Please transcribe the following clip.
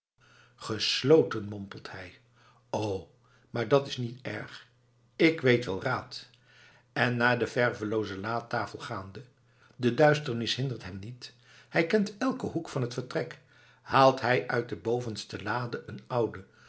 mompelt hij o maar dat's niet erg ik weet wel raad en naar de vervelooze latafel gaande de duisternis hindert hem niet hij kent elken hoek van t vertrek haalt hij uit de bovenste lade een ouden